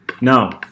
No